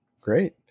Great